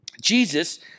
Jesus